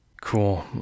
cool